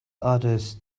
artist